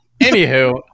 Anywho